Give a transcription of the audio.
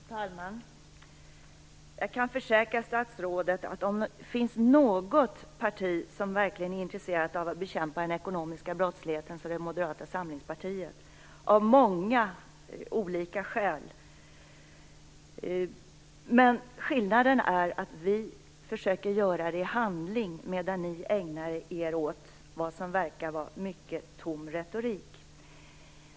Fru talman! Jag kan försäkra statsrådet att om det finns något parti som verkligen är intresserat av att bekämpa den ekonomiska brottsligheten så är det Moderata samlingspartiet, och detta av många olika skäl. Skillnaden är att vi försöker att göra det i handling medan ni ägnar er åt det som förefaller vara mycket tom retorik.